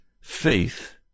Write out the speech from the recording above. faith